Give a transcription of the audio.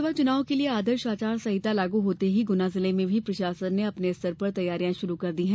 लोकसभा चुनाव के लिए आदर्श आचार संहिता लागू होते ही गुना जिले में भी प्रशासन ने अपने स्तर पर तैयारियां शुरु कर दी हैं